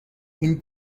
این